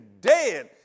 dead